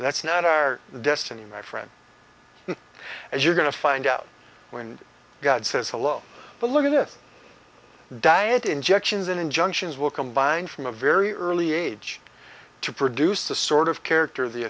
pets that's not our destiny my friend as you're going to find out when god says hello to look at this diet injections in injunctions will combine from a very early age to produce the sort of character the